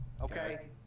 okay